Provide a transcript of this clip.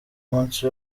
munsi